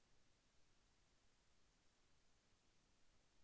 ఈ కామర్స్ యొక్క కొన్ని ఉదాహరణలు ఏమిటి?